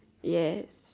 ya